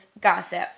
gossip